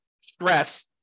stress